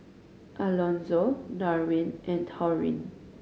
Alonzo Darwyn and Taurean